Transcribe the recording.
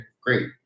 great